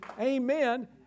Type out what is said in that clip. amen